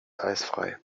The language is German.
eisfrei